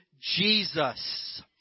Jesus